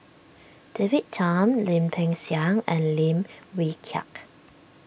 David Tham Lim Peng Siang and Lim Wee Kiak